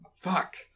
fuck